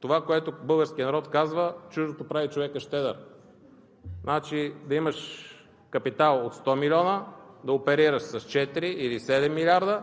това, което българският народ казва: чуждото прави човека щедър. Да имаш капитал от 100 милиона, да оперираш с 4 или 7 милиарда,